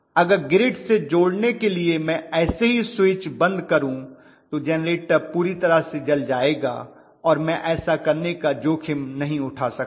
अगर ग्रिड से जोड़ने के लिए मैं ऐसे ही स्विच बंद करूं तो जेनरेटर पूरी तरह से जल जाएगा और मैं ऐसा करने का जोखिम नहीं उठा सकता